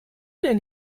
denn